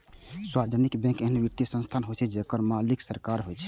सार्वजनिक बैंक एहन वित्तीय संस्थान होइ छै, जेकर मालिक सरकार होइ छै